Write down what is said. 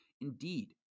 Indeed